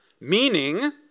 meaning